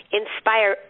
inspire